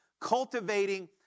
Cultivating